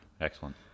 Excellent